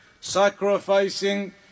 sacrificing